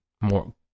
more